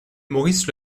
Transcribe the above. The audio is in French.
maurice